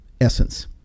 essence